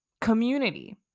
community